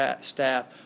staff